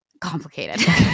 complicated